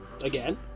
Again